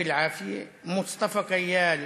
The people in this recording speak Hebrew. תהיה בריא, מוס'טפא כיאל: